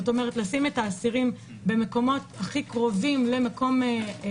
כלומר לשים את האסירים במקומות הכי קרובים למקומות